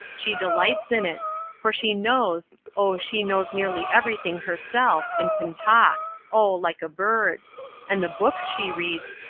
she delights in it for she knows oh, she knows nearly everything herself, and can talk, oh, like a bird and the books she reads,